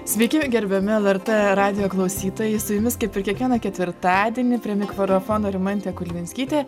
sveiki gerbiami lrt radijo klausytojai su jumis kaip ir kiekvieną ketvirtadienį prie mikrofono rimantė kulvinskytė